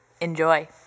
Enjoy